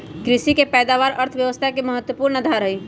कृषि के पैदावार अर्थव्यवस्था के महत्वपूर्ण आधार हई